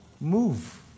move